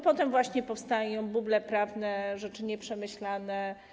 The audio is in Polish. Potem właśnie powstają buble prawne, rzeczy nieprzemyślane.